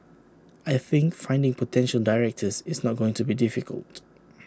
I think finding potential directors is not going to be difficult